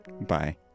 Bye